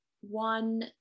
one